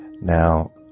Now